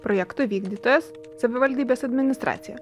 projekto vykdytojas savivaldybės administracija